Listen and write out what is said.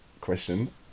question